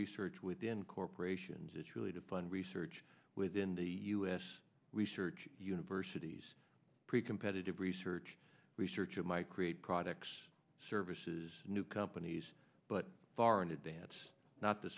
research within corporations it's really to fund research within the us research universities pre competitive research research it might create products services new companies but far in advance not the